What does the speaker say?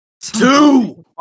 Two